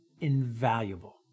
invaluable